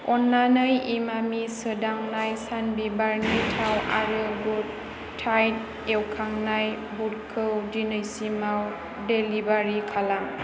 अन्नानै इमामि सोदांनाय सानबिबारनि थाव आरो गुड तायेट एवखांनाय बुदखौ दिनैसिमाव डेलिबारि खालाम